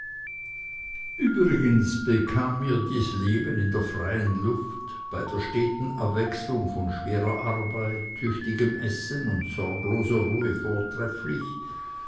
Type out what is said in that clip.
übrigens bekam mir dies leben in der freien luft bei der steten abwechslung von schwerer arbeit tüchtigem essen und sorgloser ruhe vortrefflich